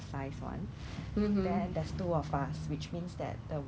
most from manufacture in the